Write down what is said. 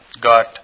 got